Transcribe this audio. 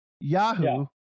Yahoo